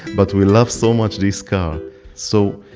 but we love so much this car so,